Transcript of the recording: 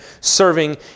serving